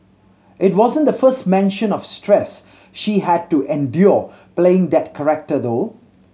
it wasn't the first mention of stress she had to endure playing that character though